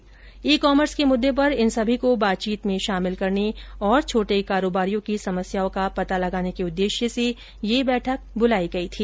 ई commerce के मुद्दे पर इन सभी को बातचीत में शामिल करने और छोटे कारोबारियों की समस्याओं का पता लगाने के उद्देश्य से यह बैठक बुलाई गई थी